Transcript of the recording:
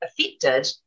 affected